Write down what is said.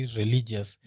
religious